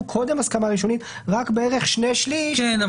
קודם הסכמה ראשונית רק בערך שני שליש --- כן,